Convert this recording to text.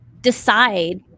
decide